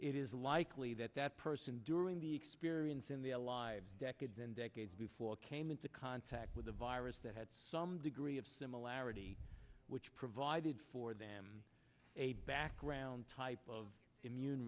it is likely that that person during the experience in the alive decades and decades before came into contact with a virus that had some degree of similarity which provided for them a background type of immune